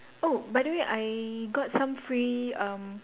oh by the way I got some free um